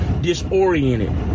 disoriented